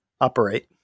operate